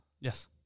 Yes